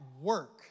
work